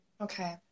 okay